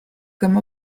comme